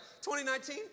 2019